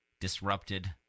disrupted